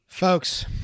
Folks